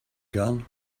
gun